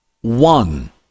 one